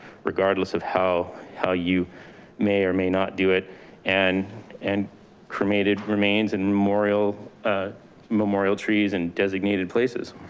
regardless of how how you may or may not do it and and cremated remains and memorial ah memorial trees and designated places.